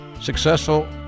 Successful